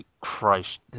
Christ